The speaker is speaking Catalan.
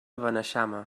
beneixama